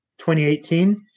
2018